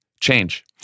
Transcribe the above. change